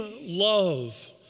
love